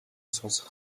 сонсох